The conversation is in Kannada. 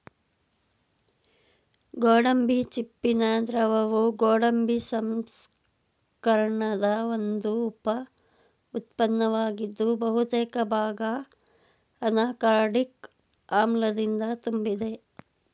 ಗೋಡಂಬಿ ಚಿಪ್ಪಿನ ದ್ರವವು ಗೋಡಂಬಿ ಸಂಸ್ಕರಣದ ಒಂದು ಉಪ ಉತ್ಪನ್ನವಾಗಿದ್ದು ಬಹುತೇಕ ಭಾಗ ಅನಾಕಾರ್ಡಿಕ್ ಆಮ್ಲದಿಂದ ತುಂಬಿದೆ